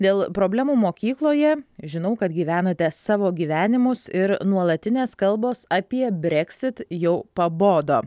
dėl problemų mokykloje žinau kad gyvenate savo gyvenimus ir nuolatinės kalbos apie brexit jau pabodo